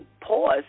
pause